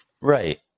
Right